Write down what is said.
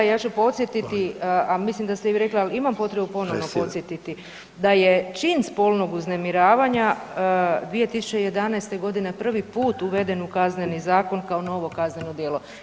I ja ću podsjetiti, a mislim da ste i vi rekli ali imam potrebu ponovo podsjetiti da je čin spolnog uznemiravanja 2011. godine prvi put uveden u Kazneni zakon kao novo kazneno djelo.